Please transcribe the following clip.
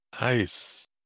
Nice